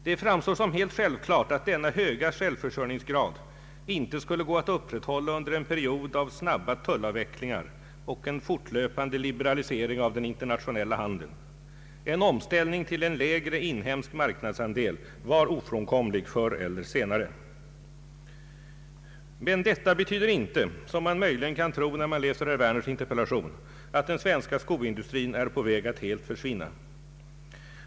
Det framstår som helt självklart, att denna höga självförsörjningsgrad inte skulle gå att upprätthålla under en period av snabba tullavvecklingar och en fortlöpande liberalisering av den internationella handeln. En omställning till en lägre inhemsk marknadsandel var ofrånkomlig, förr eller senare. Men detta betyder inte — som man möjligen kan tro när man läser herr Werners interpellation — att den svenska skoindustrin är på väg att helt försvinna.